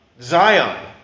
Zion